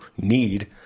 need